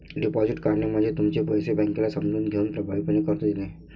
deposit काढणे म्हणजे तुमचे पैसे बँकेला समजून घेऊन प्रभावीपणे कर्ज देणे